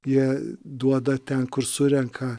jie duoda ten kur surenka